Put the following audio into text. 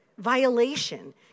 violation